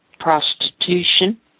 Prostitution